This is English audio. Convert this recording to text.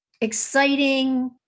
exciting